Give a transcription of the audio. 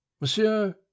Monsieur